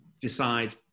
decide